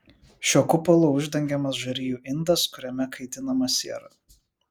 šiuo kupolu uždengiamas žarijų indas kuriame kaitinama siera